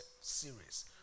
series